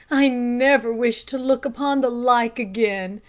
i never wish to look upon the like again.